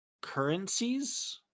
currencies